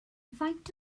faint